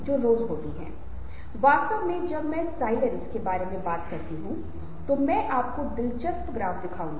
शायद भावनाओं के बारे में जानकारी का सबसे महत्वपूर्ण स्रोत चेहरा है